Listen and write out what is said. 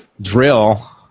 Drill